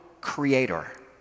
creator